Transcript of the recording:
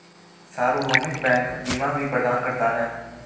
सार्वभौमिक बैंक बीमा भी प्रदान करता है